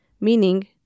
meaning